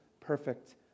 perfect